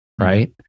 right